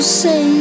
say